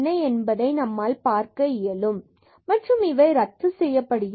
என்பதை நம்மால் பார்க்க இயலும் மற்றும் இவை ரத்து செய்யப்படுகிறது